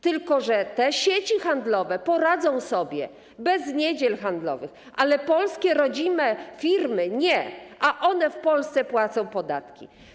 Tyle że te sieci handlowe poradzą sobie bez niedziel handlowych, a polskie, rodzime firmy nie, natomiast one w Polsce płacą podatki.